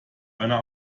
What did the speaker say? einer